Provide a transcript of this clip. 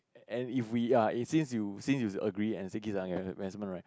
and if we are it since you since you agree and Siti Zaleha investment right